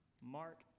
Mark